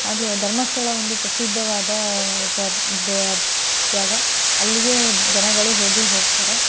ಹಾಗೆ ಧರ್ಮಸ್ಥಳ ಒಂದು ಪ್ರಸಿದ್ಧವಾದ ಪ ದೆ ಜಾಗ ಅಲ್ಲಿಗೆ ಜನಗಳು ಹೋಗಿಯೇ ಹೋಗ್ತಾರೆ